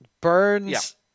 Burns